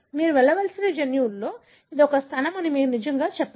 మీరు వెళ్లవలసిన జన్యువులో ఇది ఒక స్థలం అని మీరు నిజంగా చెప్పరు